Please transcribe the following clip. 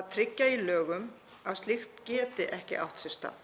að tryggja í lögum að slíkt geti ekki átt sér stað.